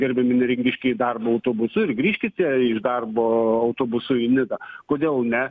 gerbiami neringiškiai ir grįžti į darbą autobusu ir grįžkite iš darbo autobusu į nidą kodėl ne